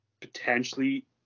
potentially